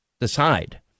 decide